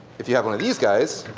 if you have one of these guys,